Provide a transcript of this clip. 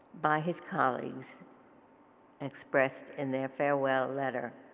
by his colleagues expressed in their farewell letter.